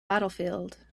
battlefield